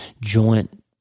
joint